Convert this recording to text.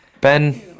Ben